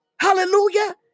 hallelujah